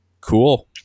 Cool